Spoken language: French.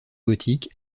gothique